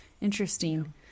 interesting